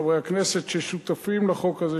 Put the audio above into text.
חברי הכנסת ששותפים לחוק הזה,